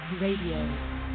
Radio